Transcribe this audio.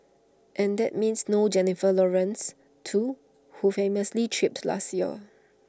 and that means no Jennifer Lawrence too who famously tripped last year